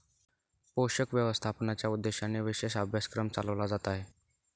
पोषक व्यवस्थापनाच्या उद्देशानेच विशेष अभ्यासक्रम चालवला जात आहे